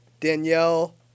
Danielle